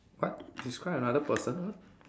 what describe another person what